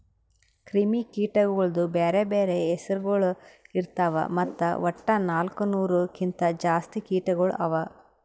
ಕ್ರಿಮಿ ಕೀಟಗೊಳ್ದು ಬ್ಯಾರೆ ಬ್ಯಾರೆ ಹೆಸುರಗೊಳ್ ಇರ್ತಾವ್ ಮತ್ತ ವಟ್ಟ ನಾಲ್ಕು ನೂರು ಕಿಂತ್ ಜಾಸ್ತಿ ಕೀಟಗೊಳ್ ಅವಾ